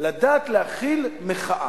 לדעת להכיל מחאה.